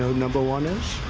so number one is?